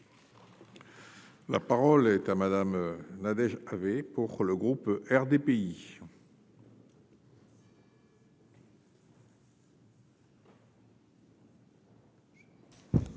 La parole est à madame Nadège Havet pour le groupe RDPI.